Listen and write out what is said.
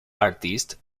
artist